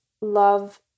love